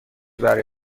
برای